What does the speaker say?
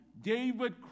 David